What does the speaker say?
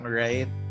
right